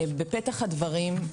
בפתח הדברים,